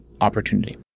opportunity